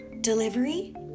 Delivery